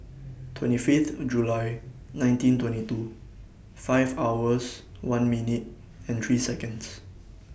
twenty Fifth July nineteen twenty two five hours one minute and three Seconds